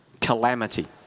Calamity